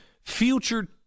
future